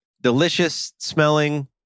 delicious-smelling